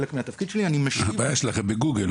חלק מהתפקיד שלי --- הבעיה שלכם היא בגוגל.